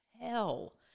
hell